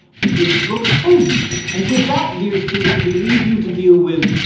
because books told you to! and with that, dear student, we leave you to deal with,